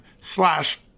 slash